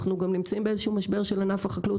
אנחנו גם נמצאים באיזה שהוא משבר של ענף החקלאות,